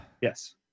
yes